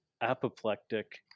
apoplectic